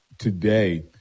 today